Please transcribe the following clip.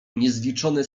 niezliczone